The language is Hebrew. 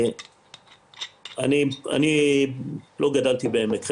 לא גדלתי בעמק חפר,